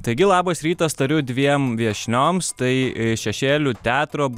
taigi labas rytas tariu dviem viešnioms tai šešėlių teatro